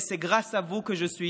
ואימא, על כל מה שנתתם לי.